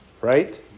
Right